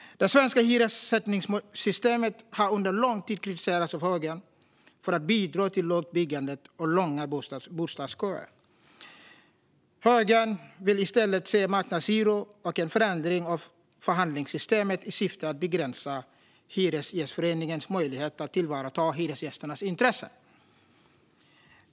Det svenska hyressättningssystemet har under lång tid kritiserats av högern för att bidra till lågt byggande och långa bostadsköer. Högern vill i stället se marknadshyror och en förändring av förhandlingssystemet i syfte att begränsa Hyresgästföreningens möjligheter att tillvarata hyresgästernas intressen.